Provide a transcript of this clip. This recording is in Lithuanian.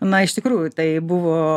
na iš tikrųjų tai buvo